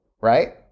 right